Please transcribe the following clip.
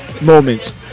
moment